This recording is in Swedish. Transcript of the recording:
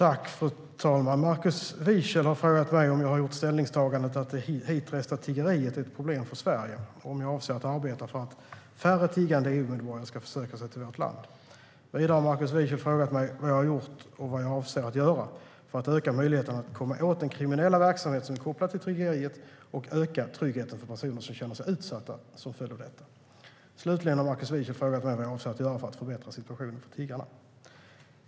Fru talman! Markus Wiechel har frågat mig om jag har gjort ställningstagandet att det hitresta tiggeriet är ett problem för Sverige och om jag avser att arbeta för att färre tiggande EU-medborgare ska söka sig till vårt land. Vidare har Markus Wiechel frågat mig vad jag har gjort och vad jag avser att göra för att öka möjligheten att komma åt den kriminella verksamhet som är kopplad till tiggeriet och öka tryggheten för personer som känner sig utsatta som följd av detta. Slutligen har Markus Wiechel frågat mig vad jag avser att göra för att förbättra situationen för tiggarna.